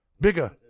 bigger